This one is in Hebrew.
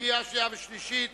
קריאה שנייה ושלישית.